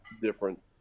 different